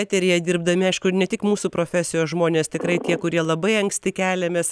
eteryje dirbdami aišku ne tik mūsų profesijos žmonės tikrai tie kurie labai anksti keliamės